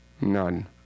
None